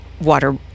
water